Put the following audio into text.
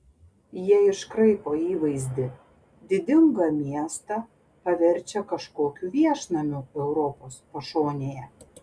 jie iškraipo įvaizdį didingą miestą paverčia kažkokiu viešnamiu europos pašonėje